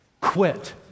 quit